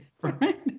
right